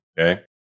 okay